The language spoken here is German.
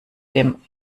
dem